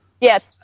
Yes